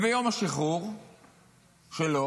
ביום השחרור שלו